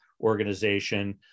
Organization